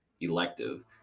Elective